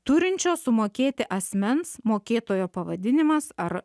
turinčio sumokėti asmens mokėtojo pavadinimas ar